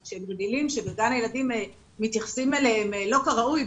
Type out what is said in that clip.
וכשהם גדלים כשבגן הילדים מתייחסים אליהם לא כראוי,